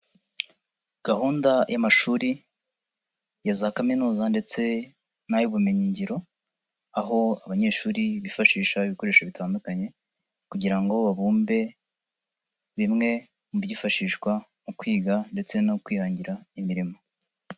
Gahunda y'amashuri ya za kaminuza ndetse n'ay'ubumenyingiro, aho abanyeshuri bifashisha ibikoresho bitandukanye kugira ngo babumbe bimwe mu byifashishwa mu kwiga ndetse no kwihangira imirimo.